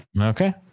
Okay